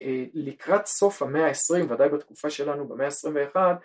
אה.. לקראת סוף המאה העשרים ודאי בתקופה שלנו במאה העשרים ואחד